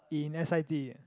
in s_i_t